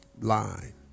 line